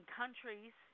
countries